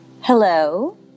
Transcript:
Hello